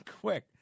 quick